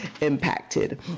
impacted